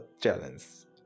challenges